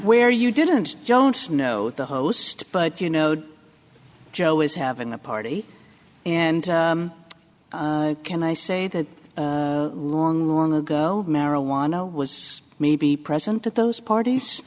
where you didn't joan snow the host but you know joe is having a party and can they say that long long ago marijuana was maybe present at those parties